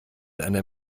einer